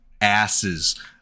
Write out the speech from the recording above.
asses